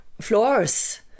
floors